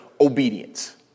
Obedience